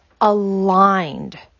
aligned